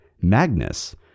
Magnus